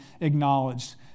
acknowledged